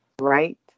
right